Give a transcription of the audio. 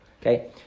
Okay